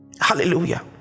Hallelujah